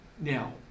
now